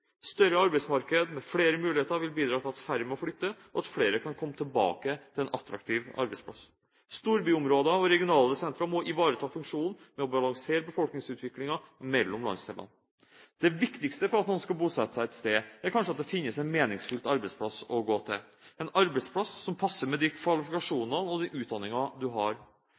Større arbeidsmarked, med flere muligheter, vil bidra til at færre må flytte, og at flere kan komme tilbake til en attraktiv arbeidsplass. Storbyområdene og større regionale sentre må ivareta funksjonen med å balansere befolkningsutviklingen mellom landsdelene. Det viktigste for at noen skal bosette seg et sted, er kanskje at det finnes en meningsfylt arbeidsplass å gå til – en arbeidsplass som passer med de kvalifikasjonene og den utdanningen man har.